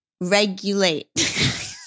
regulate